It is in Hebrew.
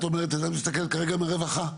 את אומרת אתה מסתכל כרגע מרווחה.